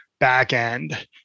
backend